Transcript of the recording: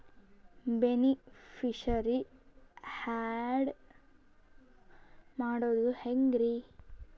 Beneficiary, add ಮಾಡೋದು ಹೆಂಗ್ರಿ?